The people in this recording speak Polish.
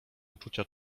uczucia